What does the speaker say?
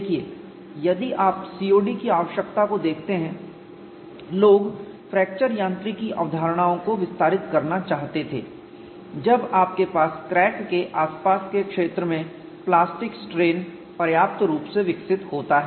देखिए यदि आप COD की आवश्यकता को देखते हैं लोग फ्रैक्चर यांत्रिकी अवधारणाओं को विस्तारित करना चाहते थे जब आपके पास क्रैक के आसपास के क्षेत्र में प्लास्टिक स्ट्रेन पर्याप्त रूप से विकसित होता है